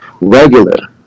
regular